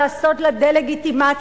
לעשות לה דה-לגיטימציה,